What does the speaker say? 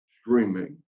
streaming